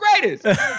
greatest